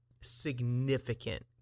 significant